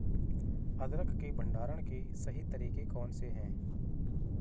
अदरक के भंडारण के सही तरीके कौन से हैं?